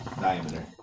diameter